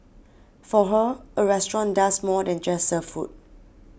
for her a restaurant does more than just serve food